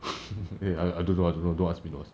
eh I I don't know I don't know don't ask me don't ask me